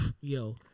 yo